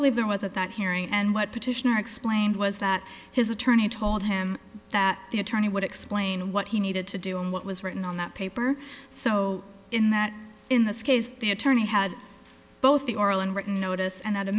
believe there was at that hearing and what petitioner explained was that his attorney told him that the attorney would explain what he needed to do and what was written on that paper so in that in this case the attorney had both the oral and written notice and